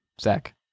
Zach